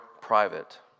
private